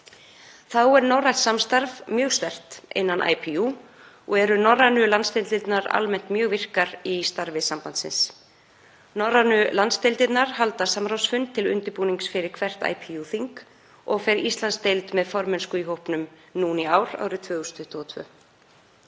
Þá er norrænt samstarf mjög sterkt innan IPU og eru norrænu landsdeildirnar almennt mjög virkar í starfi sambandsins. Norrænu landsdeildirnar halda samráðsfund til undirbúnings fyrir hvert IPU-þing og fer Íslandsdeild með formennsku í hópnum nú í ár, 2022.